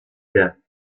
der